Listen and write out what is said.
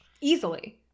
easily